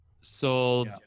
sold